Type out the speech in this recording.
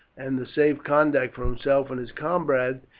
and the safe conduct for himself and his comrades,